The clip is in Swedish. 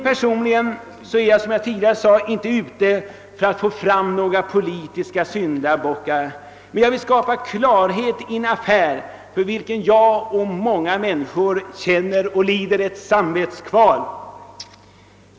Personligen är jag, som jag sade, inte ute för att finna några politiska syndabockar, men jag vill skapa klarhet i en affär för vilken jag och många andra lider samvetskval.